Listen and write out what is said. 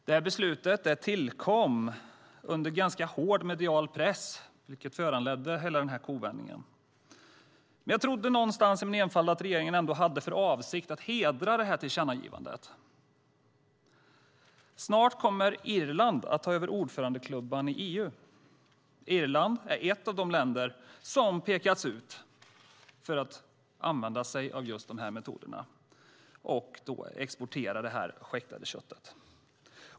Detta beslut tillkom under ganska hård medial press, vilket föranledde hela kovändningen. Jag trodde någonstans i min enfald att regeringen ändå hade för avsikt att hedra tillkännagivandet. Snart kommer Irland att ta över ordförandeklubban i EU. Irland är ett av de länder som pekats ut för att använda sig av just de metoderna och då exportera kött från djur som skäktats.